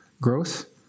growth